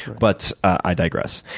but i digress.